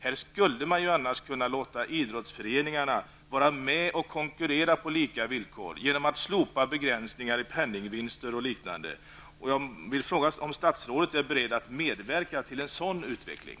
Här skulle man annars kunna låta idrottsföreningarna vara med och konkurrera på lika villkor genom att slopa de begränsningar som gäller för pennningvinster och liknande. Är statsrådet beredd att medverka till en sådan utveckling?